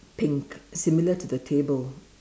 pink similar to the table